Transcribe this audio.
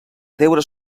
deures